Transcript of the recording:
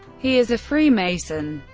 he is a freemason,